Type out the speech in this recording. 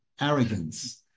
arrogance